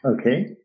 okay